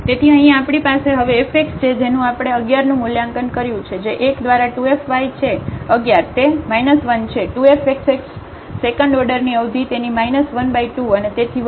તેથી અહીં આપણી પાસે હવે f x છે જેનું આપણે 1 1 નું મૂલ્યાંકન કર્યું છે જે 1 દ્વારા 2 f y છે 1 1 તે 1 છે 2 f x x સેકન્ડ ઓર્ડરની અવધિ તેની 1 2 અને તેથી વધુ